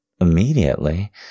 immediately